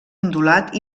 ondulat